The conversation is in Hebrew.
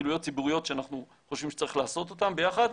פעילויות ציבוריות שאנחנו חושבים שצריך לעשות אותם ביחד.